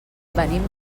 venim